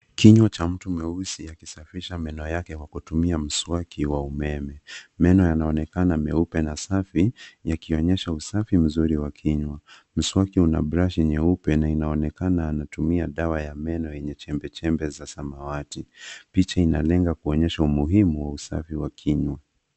Kinywa cha mtu mweusi akisafisha meno yake kwa kutumia mswaki wa umeme. Meno yanaonekana meupe na safi yakionyesha usafi mzuri wa kinywa. Mswaki una brashi nyeupe na inaonekana anatumia dawa ya meno yenye chembe chembe za samawati. Picha ina lenga kuonyesha umuhimu wa usafi wa kinywa.